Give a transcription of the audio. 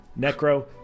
Necro